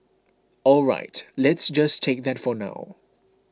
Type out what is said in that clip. all right let's just take that for now